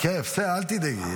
כן, בסדר, אל תדאגי.